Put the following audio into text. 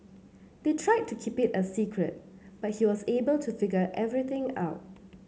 they tried to keep it a secret but he was able to figure everything out